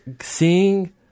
seeing